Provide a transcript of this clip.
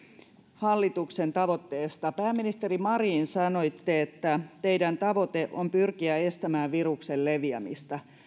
hallituksen tavoitteesta pääministeri marin sanoitte että teidän tavoitteenne on pyrkiä estämään viruksen leviämistä